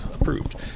approved